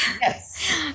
Yes